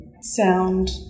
sound